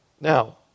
Now